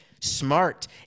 smart